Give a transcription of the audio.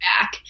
back